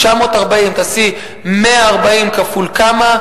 תעשי 140 כפול כמה.